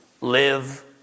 live